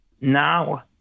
Now